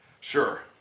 Sure